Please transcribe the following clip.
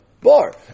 bar